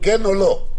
כן או לא?